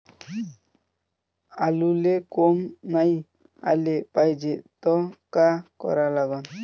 आलूले कोंब नाई याले पायजे त का करा लागन?